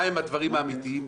מה הם הדברים האמיתיים,